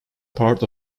part